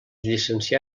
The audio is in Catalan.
llicencià